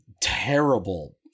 terrible